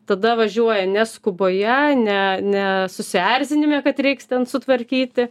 tada važiuoja ne skuboje ne ne susierzinime kad reiks ten sutvarkyti